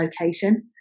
location